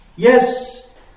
Yes